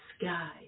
sky